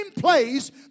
place